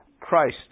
Christ